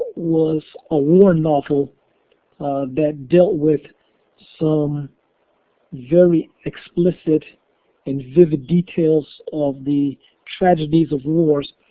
was a war novel that deal with some very explicit and vivid details of the tragedies of wars.